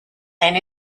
and